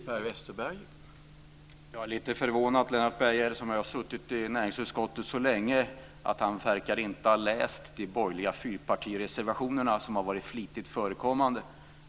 Herr talman! Jag är lite förvånad att Lennart Beijer, som har suttit i näringsutskottet så länge, inte verkar ha läst de borgerliga fyrpartireservationerna som har varit flitigt förekommande.